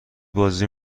بازی